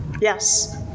Yes